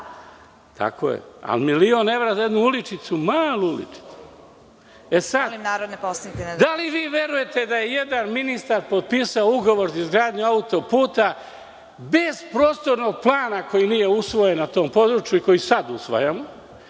toliko.)Ali milion evra za jednu malu uličicu? Da li vi verujete da je jedan ministar potpisao ugovor za izgradnju auto-puta bez prostornog plana koji nije usvojen na tom području i koji sada usvajamo